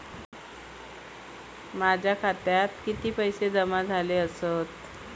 माझ्या खात्यात किती पैसे जमा झाले आसत?